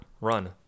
run